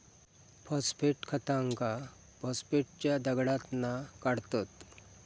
phosphate खतांका फॉस्फेटच्या दगडातना काढतत